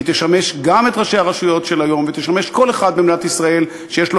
היא תשמש גם את ראשי הרשויות של היום ותשמש כל אחד במדינת ישראל שיש לו